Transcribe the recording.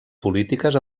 polítiques